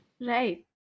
Right